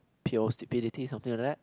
pure stupidity something like that